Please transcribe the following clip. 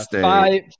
Five